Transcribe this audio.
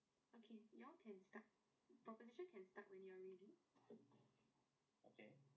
okay you all can start profession can start when you are already